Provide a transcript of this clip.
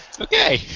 Okay